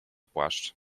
płaszcz